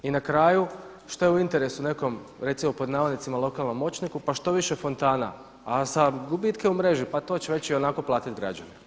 I na kraju, što je u interesu nekom recimo „lokalnom moćniku“ pa što više fontana, a za gubitke u mreži pa to će već i onako platiti građani.